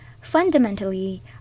Fundamentally